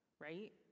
right